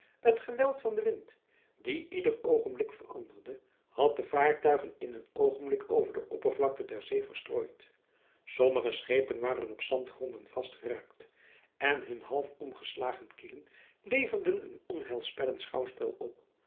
het geweld van den wind die ieder oogenblik veranderde had de vaartuigen in een oogenblik over de oppervlakte der zee verstrooid sommige schepen waren op zandgronden vastgeraakt en hun half omgeslagen kielen leverden een onheilspellend schouwspel op